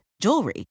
jewelry